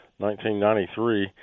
1993